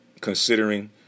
considering